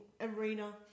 arena